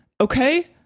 Okay